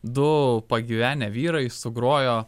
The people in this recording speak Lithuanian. du pagyvenę vyrai sugrojo